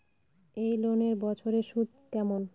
এই লোনের বছরে সুদ কেমন?